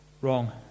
Wrong